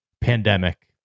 pandemic